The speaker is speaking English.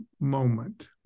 moment